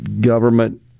government